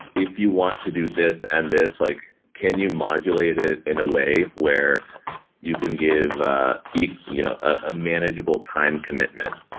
if you want to do this and this, like can you modulate it in a way where you can give ah you know a manageable time commitment?